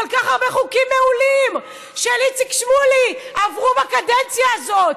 כל כך הרבה חוקים מעולים של איציק שמולי עברו בקדנציה הזאת.